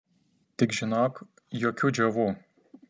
tik žinok jokių džiovų